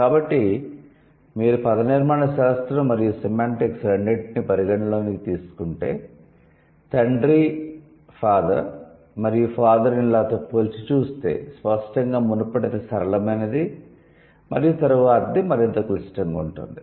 కాబట్టి మీరు పదనిర్మాణ శాస్త్రం మరియు సెమాంటిక్స్ రెండింటినీ పరిగణనలోకి తీసుకుంటే తండ్రి మరియు 'ఫాదర్ ఇన్ లా' తో పోల్చి చూస్తే స్పష్టంగా మునుపటిది సరళమైనది మరియు తరువాతిది మరింత క్లిష్టంగా ఉంటుంది